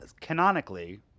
canonically